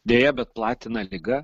deja bet platina ligą